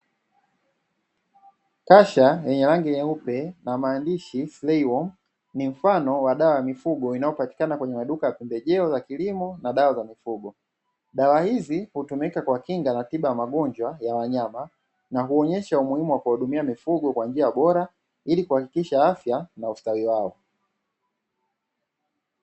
Kasha lenye rangi nyeupe na maandishi "slaywom", ni mfano wa dawa ya mifugo inayopatikana kwenye maduka ya pembejeo za kilimo na dawa za mifugo. Dawa hizi hutumika kwa kinga na tiba ya magonjwa ya wanyama na kuonyesha umuhimu wa kuwahudumia mifugo kwa njia bora ili kuhakikisha afya na ustawi wao.